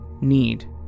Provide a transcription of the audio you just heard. need